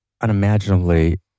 unimaginably